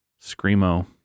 Screamo